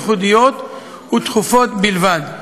ייחודיות ודחופות בלבד.